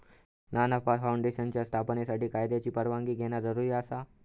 ना नफा फाऊंडेशनच्या स्थापनेसाठी कायद्याची परवानगी घेणा जरुरी आसा